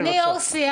אני יו"ר סיעה.